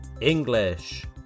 English